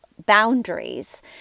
boundaries